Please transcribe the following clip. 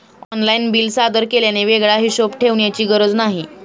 online bill सादर केल्याने वेगळा हिशोब ठेवण्याची गरज नाही